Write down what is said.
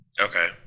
Okay